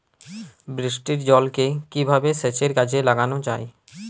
বৃষ্টির জলকে কিভাবে সেচের কাজে লাগানো যায়?